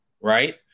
Right